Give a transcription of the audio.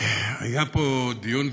היה פה דיון,